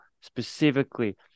specifically